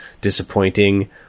disappointing